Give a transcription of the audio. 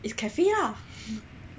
is cafe lah